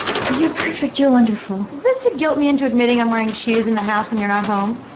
you're perfect, you're wonderful. is this to guilt me into admitting i'm wearing shoes in the house when you're not home?